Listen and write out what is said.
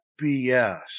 bs